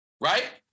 Right